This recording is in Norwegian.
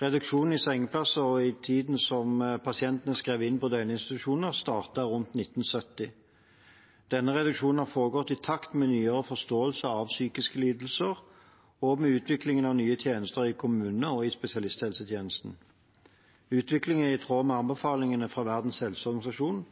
Reduksjonen i sengeplasser og i tiden som pasientene er skrevet inn på døgninstitusjoner, startet rundt 1970. Denne reduksjonen har foregått i takt med nyere forståelse av psykiske lidelser og med utviklingen av nye tjenester i kommuner og i spesialisthelsetjenesten. Utviklingen er i tråd med anbefalingene fra Verdens helseorganisasjon,